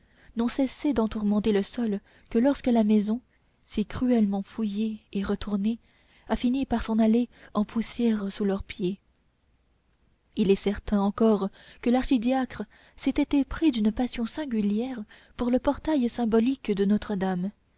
n'ont cessé d'en tourmenter le sol que lorsque la maison si cruellement fouillée et retournée a fini par s'en aller en poussière sous leurs pieds il est certain encore que l'archidiacre s'était épris d'une passion singulière pour le portail symbolique de notre-dame